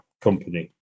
company